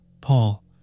Paul